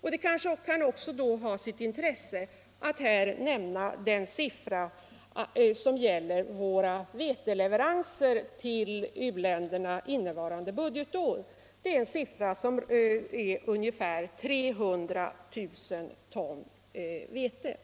Det kan då kanske ha sitt intresse att nämna den siffra som gäller våra totala veteleveranser till u-länderna innevarande budgetår. Det rör sig om ungefär 300 000 ton vete.